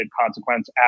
consequence